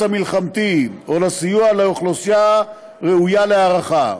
המלחמתי או לסיוע לאוכלוסייה ראויה להערכה,